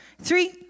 Three